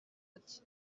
ati